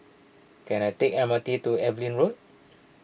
can I take the M R T to Evelyn Road